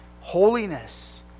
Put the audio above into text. holiness